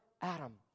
Adam